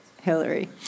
Hillary